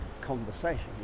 conversation